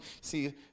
see